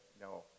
no